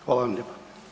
Hvala vam lijepa.